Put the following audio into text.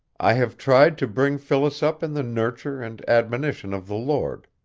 i have tried to bring phyllis up in the nurture and admonition of the lord.